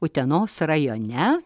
utenos rajone